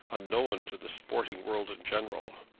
unknown to the sporting world in general.